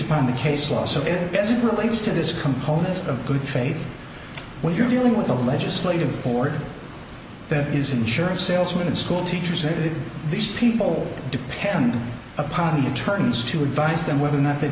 upon the case law so it as it relates to this component of good faith when you're dealing with a legislative board that is insurance salesmen and schoolteachers and these people depend upon the attorneys to advise them whether or not they